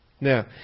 Now